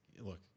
look